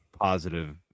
positive